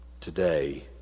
today